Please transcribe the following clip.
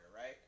right